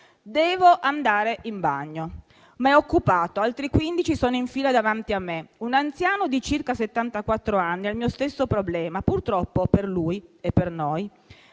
Devo andare in bagno, ma è occupato, altri 15 sono in fila davanti a me. Un anziano di circa settantaquattro anni ha il mio stesso problema, purtroppo per lui, e per noi,